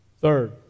Third